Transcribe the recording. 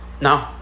No